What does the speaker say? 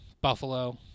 Buffalo